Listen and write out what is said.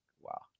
wow